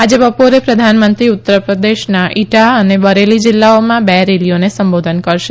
આજે બપોરે પ્રધાનમંત્રી ઉત્તર પ્રદેશના ઇટાફ અને બરેલી જિલ્લાઓમાં બે રેલીઓને સંબોધન કરશે